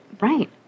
Right